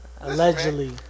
Allegedly